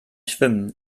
schwimmen